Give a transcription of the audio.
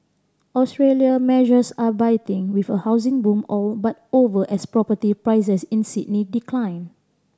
Australia measures are biting with a housing boom all but over as property prices in Sydney decline